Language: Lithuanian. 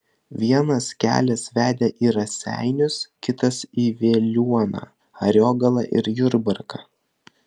vienas kelias vedė į raseinius kitas į veliuoną ariogalą ir jurbarką